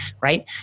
right